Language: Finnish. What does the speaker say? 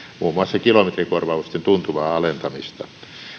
muun muassa kilometrikorvausten tuntuvaa alentamista